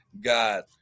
God